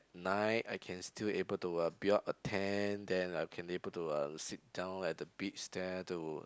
night I can still able to uh build up a tent then I can able to uh sit down at the beach there to